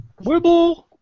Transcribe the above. Wibble